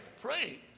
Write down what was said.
Pray